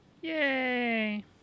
Yay